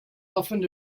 often